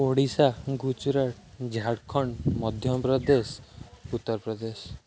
Odisha Gujarat Jharkhand Madhya Pradesh Uttar Pradesh